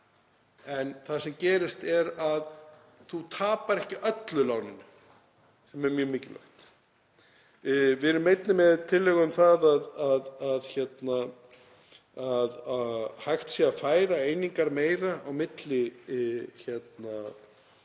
En það sem gerist er að þú tapar ekki öllu láninu, sem er mjög mikilvægt. Við erum einnig með tillögu um að hægt sé að færa einingar meira á milli anna.